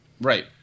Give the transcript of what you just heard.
right